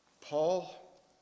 Paul